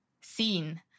seen